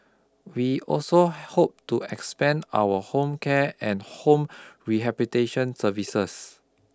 we also hope to expand our home care and home rehabitation services